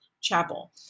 chapel